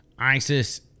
isis